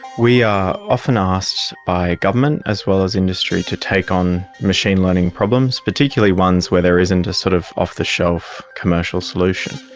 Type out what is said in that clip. we are often asked by government as well as industry to take on machine learning problems, particularly ones where there isn't a sort of off-the-shelf commercial solution.